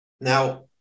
Now